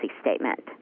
statement